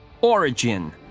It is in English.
Origin